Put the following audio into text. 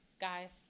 guys